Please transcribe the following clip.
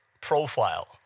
profile